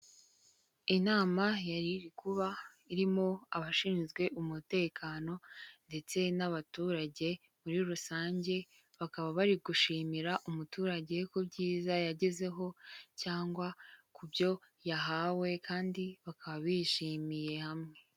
Inama yariri kuba irimo abashinzwe umutekano ndetse n'abaturage muri rusange, bakaba bari gushimira umuturage ku byiza yagezeho cyangwa ku byo yahawe kandi bakaba bishimiye hamwe.